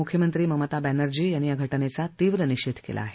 मुख्यमंत्री ममता बॅनर्जी यांनी या घटनेचा तीव्र निषेध केला आहे